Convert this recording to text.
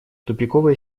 тупиковая